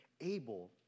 able